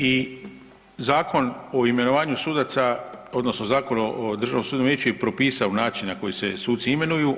I Zakon o imenovanju sudaca, odnosno Zakon o Državnom sudbenom vijeću je propisao način na koji se suci imenuju.